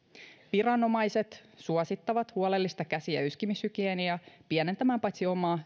viranomaiset suosittavat huolellista käsi ja yskimishygieniaa pienentämään paitsi omaa